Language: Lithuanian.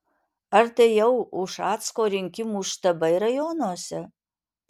ar tai jau ušacko rinkimų štabai rajonuose